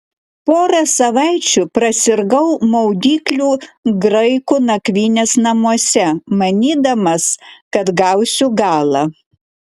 porą savaičių prasirgau maudyklių graikų nakvynės namuose manydamas kad gausiu galą